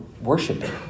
worshiping